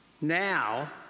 Now